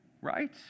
Right